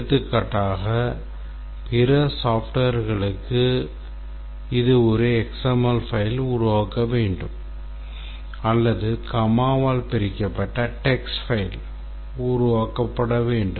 எடுத்துக்காட்டாக பிற softwareகளுக்கு இது ஒரு XML file உருவாக்க வேண்டும் அல்லது கமாவால் பிரிக்கப்பட்ட text file உருவாக்க வேண்டும்